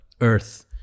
earth